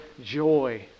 joy